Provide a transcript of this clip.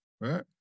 right